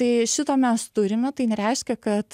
tai šito mes turime tai nereiškia kad